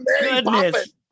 goodness